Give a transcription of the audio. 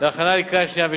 להכנה לקריאה שנייה ושלישית.